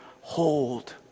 hold